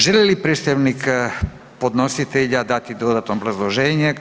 Želi li predstavnik podnositelja dati dodatno obrazloženje?